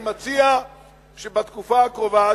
אני מציע שבתקופה הקרובה,